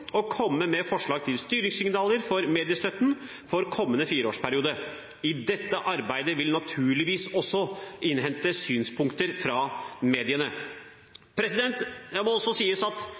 og komme med forslag til styringssignaler for mediestøtten for kommende fireårsperiode. I dette arbeidet vil vi naturligvis også innhente synspunkter fra mediene. Det må også sies at